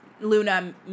Luna